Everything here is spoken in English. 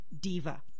Diva